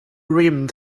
urim